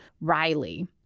Riley